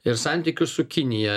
ir santykius su kinija